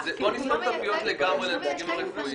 אז בואו נסגור את הפיות לגמרי לנציגים הרפואיים,